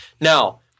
Now